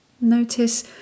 Notice